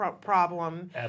problem